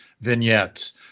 vignettes